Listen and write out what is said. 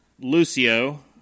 Lucio